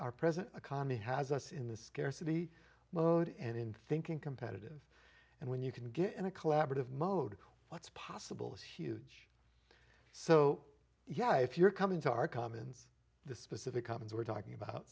our present economy has us in the scarcity mode and in thinking comparative and when you can get in a collaborative mode what's possible is huge so yeah if you're coming to our commons this specific commons we're talking about